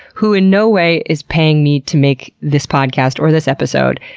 who in no way is paying me to make this podcast or this episode.